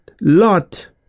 Lot